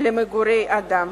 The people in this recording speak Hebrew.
למגורי אדם.